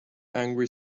angry